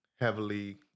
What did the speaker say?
heavily